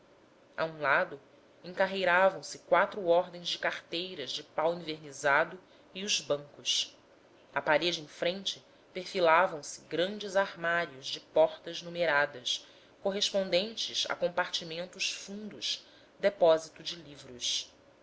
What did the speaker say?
a um lado encarreiravam se quatro ordens de carteiras de pau envernizado e os bancos à parede em frente perfilavam se grandes armários de portas numeradas correspondentes a compartimentos fundos depósito de livros